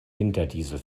winterdiesel